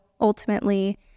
ultimately